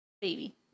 baby